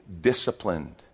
disciplined